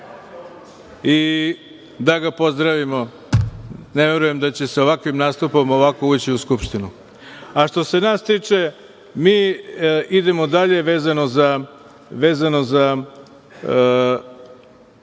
i da ga pozdravimo, ne verujem da će sa ovakvim nastupom ući u Skupštinu. Što se nas tiče, mi idemo dalje vezano za